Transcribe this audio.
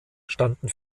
standen